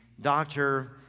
doctor